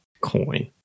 Coin